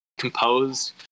Composed